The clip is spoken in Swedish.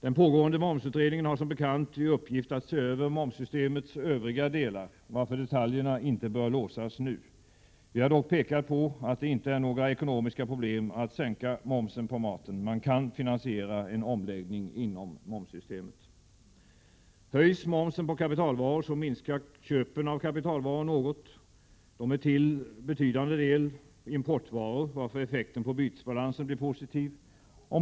Den pågående momsutredningen har som bekant i uppgift att se över momssystemets övriga delar, varför detaljerna inte bör låsas nu. Vi har dock pekat på att det inte är några ekonomiska problem att sänka momsen på maten. Man kan finansiera en omläggning inom momssystemet. Höjs momsen på kapitalvaror så minskar köpen av kapitalvaror något. De är till betydande del importvaror, varför effekten på bytesbalansen blir positiv.